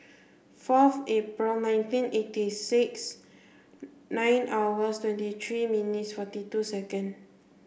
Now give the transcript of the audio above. fourth April nineteen eighty six nine hours twenty three minutes forty two second